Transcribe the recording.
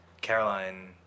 Caroline